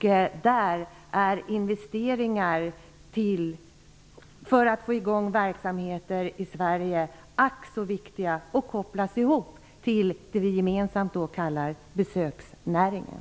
I den delen är investeringar för att få igång verksamheter i Sverige ack så viktiga. De måste kopplas ihop till det vi gemensamt kallar besöksnäringen.